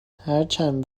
هرچند